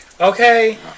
Okay